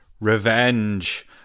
Revenge